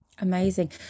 amazing